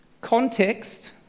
Context